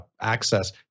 access